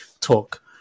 talk